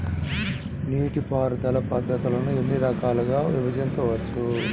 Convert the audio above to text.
నీటిపారుదల పద్ధతులను ఎన్ని రకాలుగా విభజించవచ్చు?